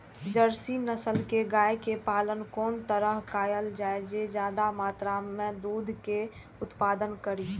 Jersey नस्ल के गाय के पालन कोन तरह कायल जाय जे ज्यादा मात्रा में दूध के उत्पादन करी?